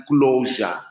closure